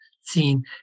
seen